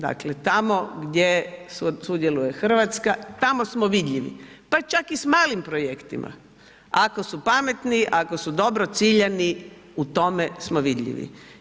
Dakle tamo gdje sudjeluje Hrvatska tamo smo vidljivi pa čak i sa malim projektima ako su pametni, ako su dobro ciljani u tome smo vidljivi.